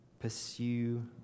Pursue